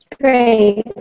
Great